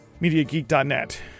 MediaGeek.net